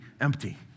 empty